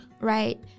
Right